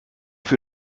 für